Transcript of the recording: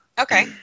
okay